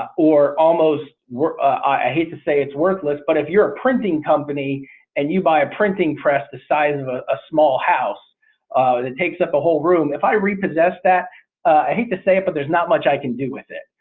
or almost i to say it's worthless but if you're a printing company and you buy a printing press the size of a a small house it takes up a whole room. if i repossess that i hate to say it but there's not much i can do with it.